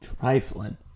trifling